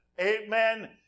amen